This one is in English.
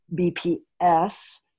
BPS